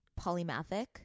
polymathic